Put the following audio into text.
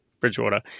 Bridgewater